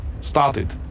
started